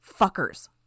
Fuckers